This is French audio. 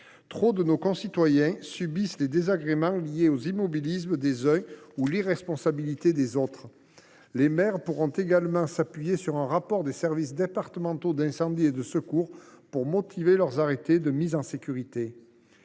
Trop de nos concitoyens subissent des désagréments liés à l’immobilisme des uns ou à l’irresponsabilité des autres. Les maires pourront également s’appuyer sur un rapport du service départemental d’incendie et de secours (Sdis) pour motiver leurs arrêtés de mise en sécurité.